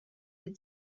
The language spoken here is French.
des